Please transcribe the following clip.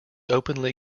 openly